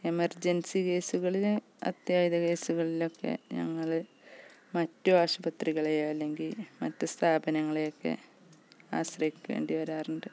emergency കേസുകളിൽ അത്യാഹിത കേസുകളിലൊക്കെ ഞങ്ങൾ മറ്റാശുപത്രികളെയോ അല്ലെങ്കിൽ മറ്റ് സ്ഥാപനങ്ങളെയൊക്കെ ആശ്രയിക്കേണ്ടി വരാറുണ്ട്